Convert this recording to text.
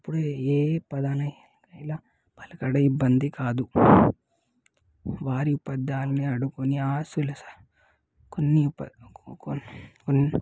ఎప్పుడు ఏ పదాన్ని ఎలా పలకడం ఇబ్బంది కాదు వారి ఉపాధ్యాయులని అడుగుకొని ఆ ఆశలు కొన్ని కొన్ని